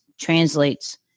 translates